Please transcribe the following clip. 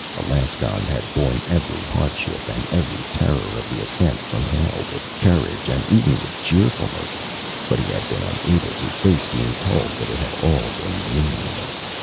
alaskon had borne every hardship and every terror of the ascent from hell with courage and even with cheerfulness but he had been unable to face being told that it had all been meaningless.